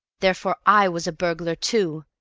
therefore i was a burglar, too.